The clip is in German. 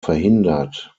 verhindert